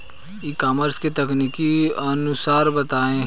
ई commerce के तकनीकी नुकसान बताएं?